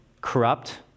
corrupt